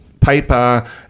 Paper